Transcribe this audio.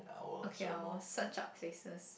okay I will search up faces